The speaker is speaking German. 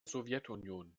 sowjetunion